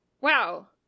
wow